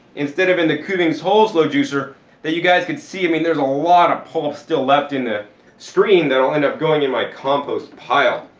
instead of in the kuvings whole slow juicer that you guys can see i mean there's a lot of pulp still left in the screen that'll end up going in my compost pile.